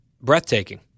breathtaking